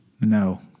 No